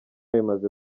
bimaze